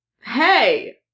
Hey